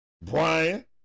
Brian